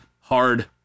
hard